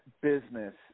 business